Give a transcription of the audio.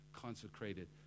consecrated